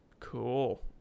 Cool